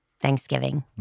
Thanksgiving